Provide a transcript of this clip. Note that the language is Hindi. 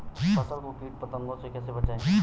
फसल को कीट पतंगों से कैसे बचाएं?